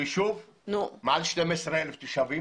יישוב מעל 12 אלף תושבים